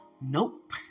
Nope